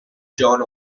john